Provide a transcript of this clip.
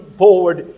forward